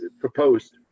proposed